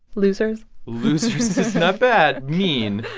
losers? losers is not bad mean.